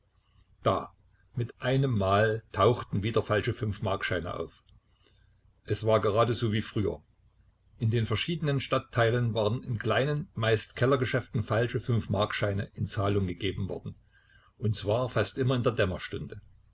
da mit einem mal tauchten wieder falsche fünfmarkscheine auf es war gerade so wie früher in den verschiedenen stadtteilen waren in kleinen meist kellergeschäften falsche fünfmarkscheine in zahlung gegeben worden und zwar fast immer in der dämmerstunde